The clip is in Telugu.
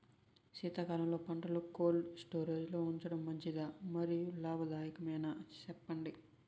శీతాకాలంలో పంటలు కోల్డ్ స్టోరేజ్ లో ఉంచడం మంచిదా? మరియు లాభదాయకమేనా, సెప్పండి